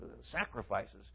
sacrifices